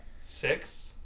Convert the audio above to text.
Six